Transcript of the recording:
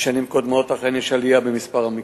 משנים קודמות אכן יש עלייה במספר המקרים,